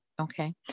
Okay